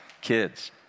kids